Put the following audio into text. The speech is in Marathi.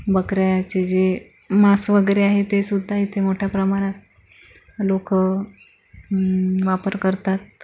बकऱ्याचे जे मांस वगैरे आहे ते सुद्धा इथे मोठ्या प्रमाणात लोकं वापर करतात